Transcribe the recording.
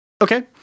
Okay